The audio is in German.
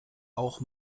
auch